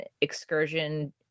excursion